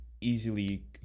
easily